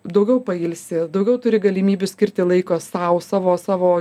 daugiau pailsi daugiau turi galimybių skirti laiko sau savo savo